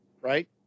right